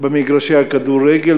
במגרשי הכדורגל,